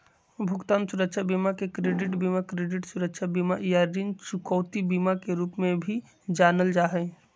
भुगतान सुरक्षा बीमा के क्रेडिट बीमा, क्रेडिट सुरक्षा बीमा, या ऋण चुकौती बीमा के रूप में भी जानल जा हई